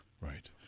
Right